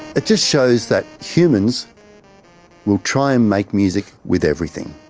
it just shows that humans will try and make music with everything,